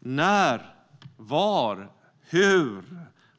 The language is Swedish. När? Var? Hur?